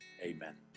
amen